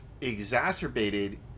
exacerbated